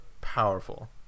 powerful